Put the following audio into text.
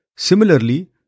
Similarly